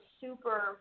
super